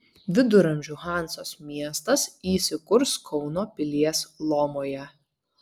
viduramžių hanzos miestas įsikurs kauno pilies lomoje